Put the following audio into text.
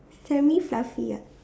semi fluffy ah